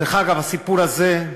דרך אגב, הסיפור הזה,